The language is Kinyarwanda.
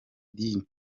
dini